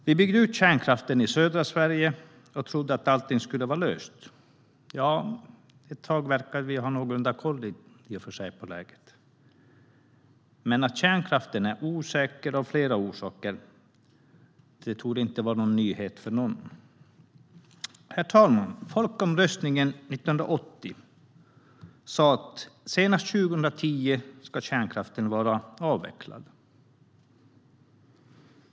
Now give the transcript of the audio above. Vi byggde ut kärnkraften i södra Sverige och trodde att allt skulle vara löst. Ett tag verkade vi ha någorlunda koll på läget men att kärnkraften är osäker av flera orsaker torde inte vara en nyhet för någon. Herr talman! Enligt folkomröstningen 1980 skulle kärnkraften vara avvecklad senast 2010.